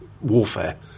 warfare